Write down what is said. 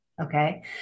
Okay